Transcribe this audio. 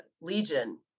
Legion